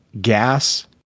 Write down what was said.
gas